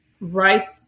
right